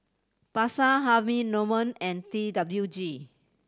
Pasar Harvey Norman and T W G